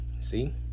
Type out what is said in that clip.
See